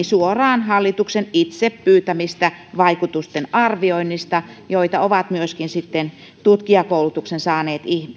suoraan hallituksen itse pyytämistä vaikutusten arvioinneista joita ovat myöskin sitten tutkijakoulutuksen saaneet